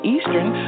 Eastern